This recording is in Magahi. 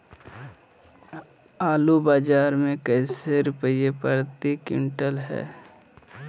आलू बाजार मे कैसे रुपए प्रति क्विंटल है?